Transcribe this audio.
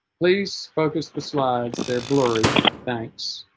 please focus the slides they're blurry thanks